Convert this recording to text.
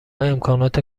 امکانات